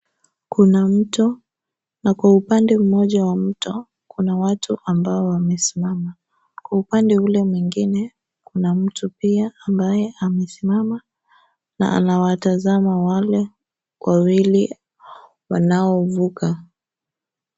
Kuna mto, na kwa upande mmoja wa mto kuna watu ambao wamesimama. Kwa upande ule mwingine kuna mtu pia ambaye amesimama na anawatazama wale wawili wanaovuka.